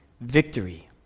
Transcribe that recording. victory